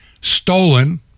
stolen